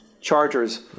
chargers